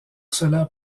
cela